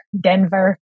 Denver